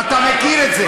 ואתה מכיר את זה.